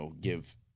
give